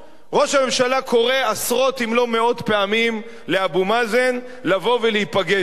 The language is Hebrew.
ראש הממשלה קורא עשרות אם לא מאות פעמים לאבו מאזן לבוא ולהיפגש אתו.